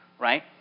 right